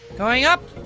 going up!